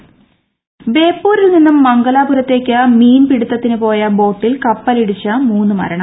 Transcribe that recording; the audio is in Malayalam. ബോട്ടപകടം ബേപ്പൂരിൽ നിന്നും മംഗലാപുരത്തേക്ക് മീൻ പിടുത്തത്തിന് പോയ ബോട്ടിൽ കപ്പലിടിച്ച് മൂന്ന് മരണം